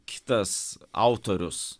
kitas autorius